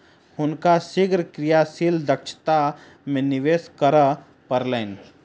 हुनका शीघ्र क्रियाशील दक्षता में निवेश करअ पड़लैन